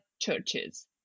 churches